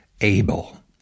able